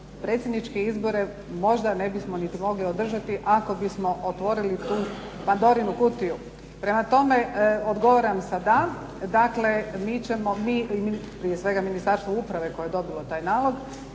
predsjedniče izbore možda ne bismo mogli niti održati, ako bismo otvorili tu Pandorinu kutiju. Prema tome, odgovaram da, da. Dakle, mi ćemo prije svega Ministarstvo uprave koje je dobilo taj nalog,